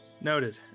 Noted